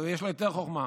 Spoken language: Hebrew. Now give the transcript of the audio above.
יש לו יותר חוכמה.